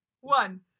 one